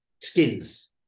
skills